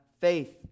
faith